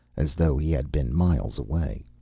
as though he had been miles away.